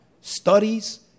studies